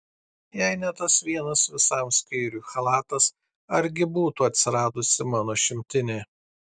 jei ne tas vienas visam skyriui chalatas argi būtų atsiradusi mano šimtinė